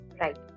Right